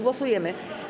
Głosujemy.